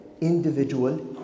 individual